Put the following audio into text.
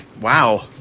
Wow